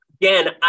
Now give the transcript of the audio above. Again